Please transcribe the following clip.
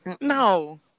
no